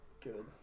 good